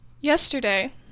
Yesterday